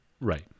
Right